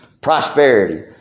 prosperity